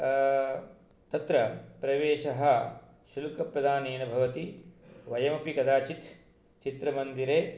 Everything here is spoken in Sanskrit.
तत्र प्रवेशः शुल्कप्रदानेन भवति वयमपि कदाचित् चित्रमन्दिरे